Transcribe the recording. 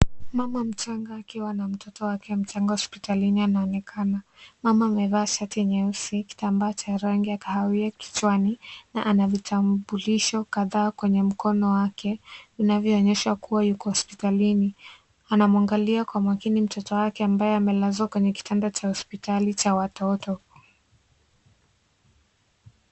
Mama mchanga akiwa na mtoto wake mchanga hospitalini anaonekana. Mama amevaa shati nyeusi, kitambaa cha rangi ya kahawia kichwani na anavitambulisho kadhaa kwenye mkono wake, vinavyoonesha kuwa yuko hospitalini. Anamwangalia kwa makini mtoto wake ambaye amelazwa kwenye kitanda cha hospitali cha watoto.